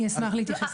אני אשמח להתייחס.